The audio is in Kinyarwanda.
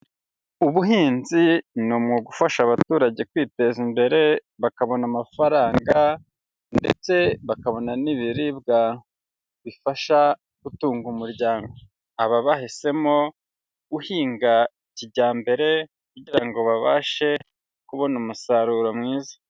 Ubuhinzi ni umwuga ufasha abaturage kwiteza imbere, bakabona amafaranga ndetse bakabona n'ibiribwa bifasha gutunga umuryango, aba bahisemo guhinga kijyambere kugira ngo babashe kubona umusaruro mwiza.